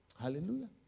Hallelujah